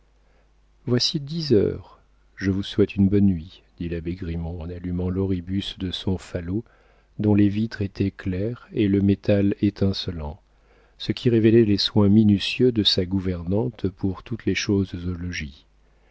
voici dix heures je vous souhaite une bonne nuit dit l'abbé grimont en allumant l'oribus de son falot dont les vitres étaient claires et le métal étincelant ce qui révélait les soins minutieux de sa gouvernante pour toutes les choses